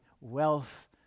wealth